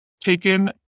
taken